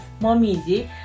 momiji